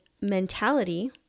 mentality